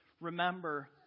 remember